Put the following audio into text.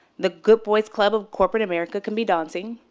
the good boys club of corporate america can be daunting.